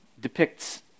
depicts